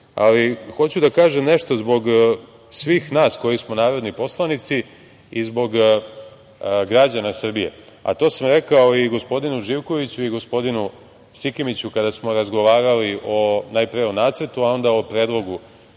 ali hoću da kažem nešto zbog svih nas koji smo narodni poslanici i zbog građana Srbije, a to sam rekao i gospodinu Živkoviću i gospodinu Sikimiću kada smo razgovarali, najpre o nacrtu, a onda o predlogu